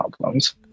problems